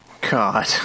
God